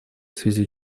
связи